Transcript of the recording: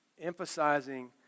emphasizing